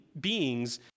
beings